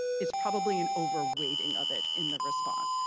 it's probably an over weighting of it in the response,